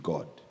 God